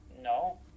no